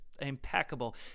impeccable